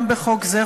גם בחוק זה,